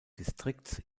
distrikts